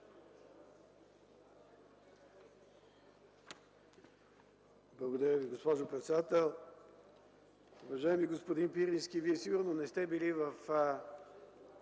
Благодаря Ви, госпожо председател. Уважаеми господин Пирински, Вие сигурно не сте били в